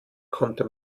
konnte